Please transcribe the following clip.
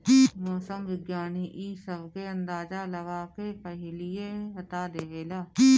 मौसम विज्ञानी इ सब के अंदाजा लगा के पहिलहिए बता देवेला